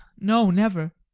no, never.